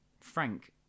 Frank